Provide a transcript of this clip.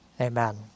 Amen